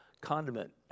condiment